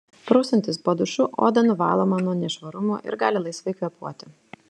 prausiantis po dušu oda nuvaloma nuo nešvarumų ir gali laisvai kvėpuoti